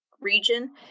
region